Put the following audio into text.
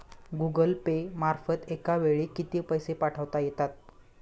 Google Pay मार्फत एका वेळी किती पैसे पाठवता येतात?